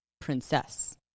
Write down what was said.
princess